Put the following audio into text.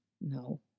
No